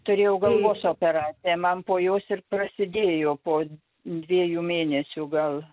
turėjau galvos operaciją man po jos ir prasidėjo po dviejų mėnesių gal